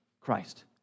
Christ